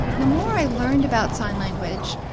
the more i learned about sign language,